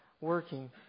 working